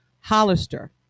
Hollister